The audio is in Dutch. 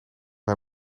hij